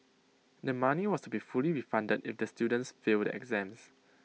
the money was to be fully refunded if the students fail the exams